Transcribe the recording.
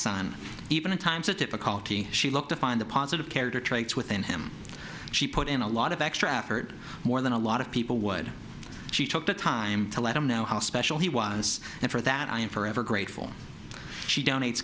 son even in times of difficulty she looked upon the positive character traits within him she put in a lot of extra effort more than a lot of people would she took the time to let him know how special he was and for that i am forever grateful she donates